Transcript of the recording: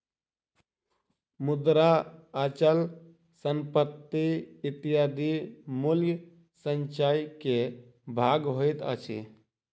मुद्रा, अचल संपत्ति इत्यादि मूल्य संचय के भाग होइत अछि